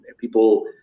people